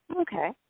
Okay